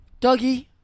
Dougie